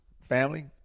family